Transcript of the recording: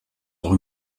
auch